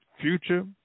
future